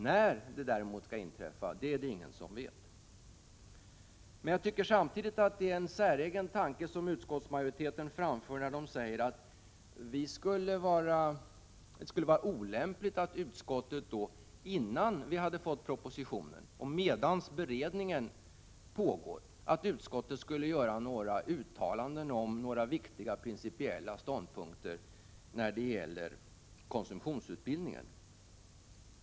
När det skall inträffa är det däremot ingen som vet. Det är dock en säregen tanke som utskottsmajoriteten framför när den säger att det skulle vara olämpligt att utskottet innan vi har fått propositionen och medan beredningen pågår skulle göra några uttalanden om viktiga principiella ståndpunkter beträffande konsumtionsutbildningen.